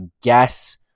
guess